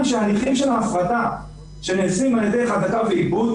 שההליכים של ההפרדה שנעשים על ידי חזקה ועיבוד,